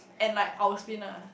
and like I'll spin lah